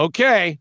Okay